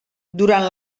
durant